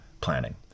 planning